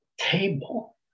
Table